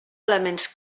elements